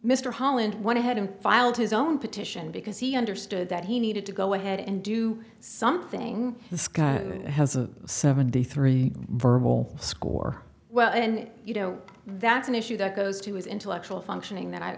mr holland went ahead and filed his own petition because he understood that he needed to go ahead and do something this guy has a seventy three verbal score well and you know that's an issue that goes to his intellectual functioning that